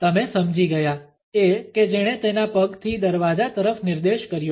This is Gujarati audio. તમે સમજી ગયા એ કે જેણે તેના પગથી દરવાજા તરફ નિર્દેશ કર્યો